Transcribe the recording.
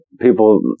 people